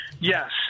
Yes